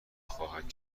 خواهد